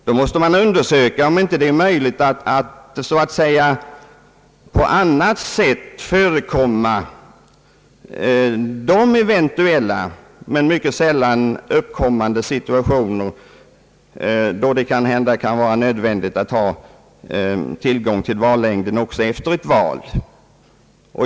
Då måste man undersöka om det inte är möjligt att på annat sätt förebygga de eventuella men mycket sällan uppkommande situationer då det måhända kan vara nödvändigt att ha tillgång till vallängden också efter ett val.